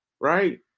Right